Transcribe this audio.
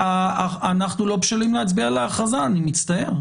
אנחנו לא בשלים להצביע על ההכרזה, אני מצטער.